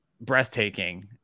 breathtaking